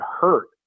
hurt